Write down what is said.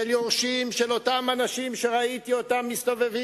של יורשים של אותם אנשים שראיתי מסתובבים